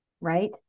right